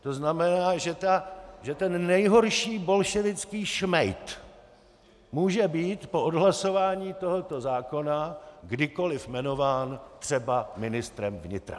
To znamená, že ten nejhorší bolševický šmejd může být po odhlasování tohoto zákona kdykoliv jmenován třeba ministrem vnitra.